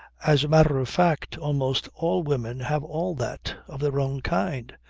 as a matter of fact, almost all women have all that of their own kind.